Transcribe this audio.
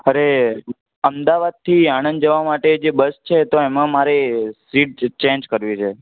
અરે અમદાવાદથી આણંદ જવા માટે જે બસ છે તો એમાં મારે સીટ ચેંજ કરવી છે